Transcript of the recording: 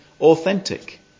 authentic